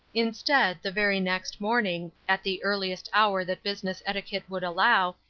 instead, the very next morning, at the earliest hour that business etiquette would allow,